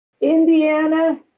Indiana